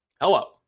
hello